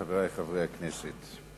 חברי חברי הכנסת,